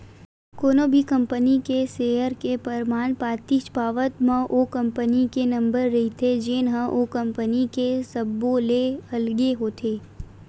कोनो भी कंपनी के सेयर के परमान पातीच पावत म ओ कंपनी के नंबर रहिथे जेनहा ओ कंपनी के सब्बो ले अलगे होथे